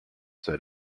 said